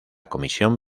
comisión